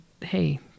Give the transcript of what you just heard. hey